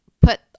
put